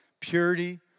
purity